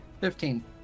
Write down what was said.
Fifteen